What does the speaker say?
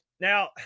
now